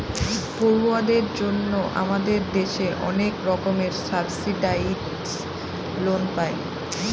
পড়ুয়াদের জন্য আমাদের দেশে অনেক রকমের সাবসিডাইসড লোন পায়